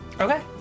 Okay